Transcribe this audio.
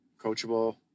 Coachable